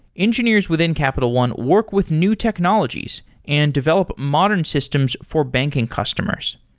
engineers within capital one work with new technologies and develop modern systems for banking customers.